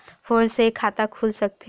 Phone से खाता खुल सकथे?